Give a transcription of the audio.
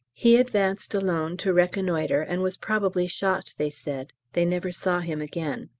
he advanced alone to reconnoitre and was probably shot, they said they never saw him again.